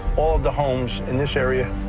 all the homes in this area,